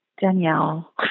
Danielle